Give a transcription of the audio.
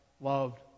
loved